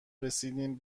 رسیدیم